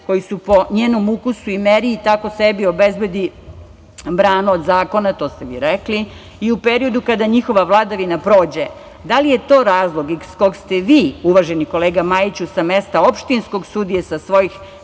koji su po njenom ukusu i meri i tako sebi obezbedi branu od zakona, to ste vi rekli, i u periodu kada njihova vladavina prođe. Da li je to razlog iz kog ste vi, uvaženi kolega Majiću, sa mesta opštinskog sudije, sa svojih